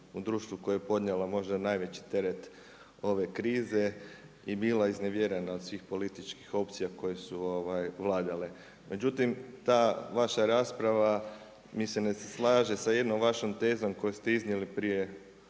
u društvu koja je podnijela možda najveći teret ove krize i bila iznevjerena od svih političkih opcija koje su vladale. Međutim, ta vaša rasprava mislim da se slaže sa jednom vašom tezom koju ste iznijeli prije